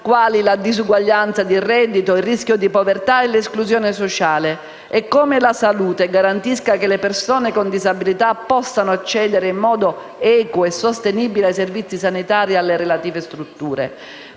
quali la disuguaglianza di reddito, il rischio di povertà e l'esclusione sociale e come la salute garantisca che le persone con disabilità possano accedere in modo equo e sostenibile ai servizi sanitari e alle relative strutture.